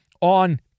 on